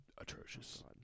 atrocious